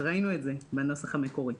ראינו את זה בנוסח המקורי.